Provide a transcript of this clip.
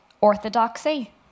orthodoxy